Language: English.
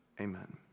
amen